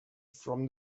from